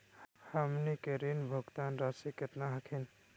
हमनी के ऋण भुगतान रासी केतना हखिन?